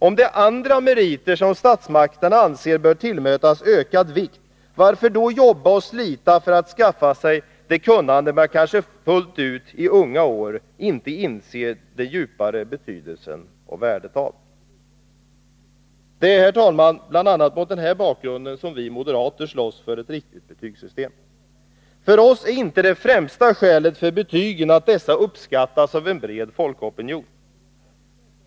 Om det är andra meriter som statsmakterna anser bör tillmätas ökad vikt, varför då jobba och slita för att skaffa sig det kunnande man kanske i unga år inte fullt ut inser den djupare betydelsen och värdet av? Det är, herr talman, bl.a. mot den här bakgrunden som vi moderater slåss för ett riktigt betygssystem. För oss är det inte det främsta skälet för betygen att dessa uppskattas av en bred folkopinion.